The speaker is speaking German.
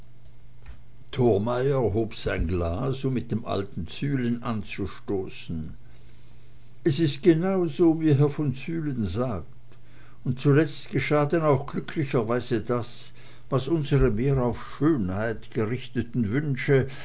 thormeyer hob sein glas um mit dem alten zühlen anzustoßen es ist genau so wie herr von zühlen sagt und zuletzt geschah denn auch glücklicherweise das was unsre mehr auf schönheit gerichteten wünsche